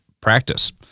practice